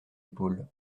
épaules